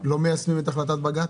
לא מיישמים את החלטת בג"ץ?